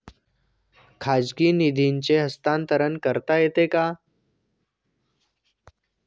खाजगी निधीचे हस्तांतरण करता येते का?